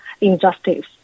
injustice